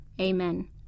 Amen